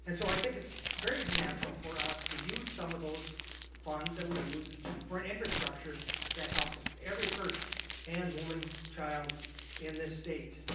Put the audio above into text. and so i think is very natural for us to use some of those funds that we use for and infrastructure that helps every person man woman child in the state.